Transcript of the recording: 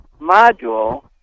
module